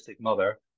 mother